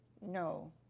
No